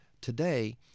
Today